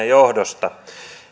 johdosta ja